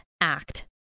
act